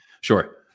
sure